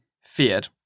feared